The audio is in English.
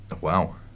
Wow